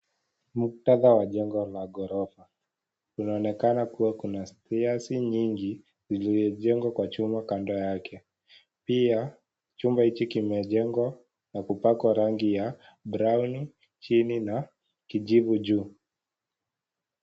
Muktadha wa jengo la gorofa. Inaonekana kuwa kuna stairs nyingi zimejengwa kwa chuma kando yake. Pia chumba hichi kimejengwa na kupakwa rangi ya brown chini na kijivu juu.